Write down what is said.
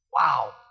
Wow